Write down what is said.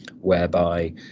whereby